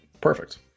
Perfect